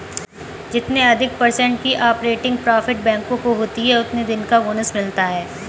जितने अधिक पर्सेन्ट की ऑपरेटिंग प्रॉफिट बैंकों को होती हैं उतने दिन का बोनस मिलता हैं